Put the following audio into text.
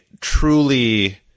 truly